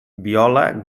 viola